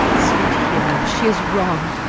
sweet hero! she is wronged,